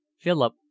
Philip